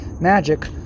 magic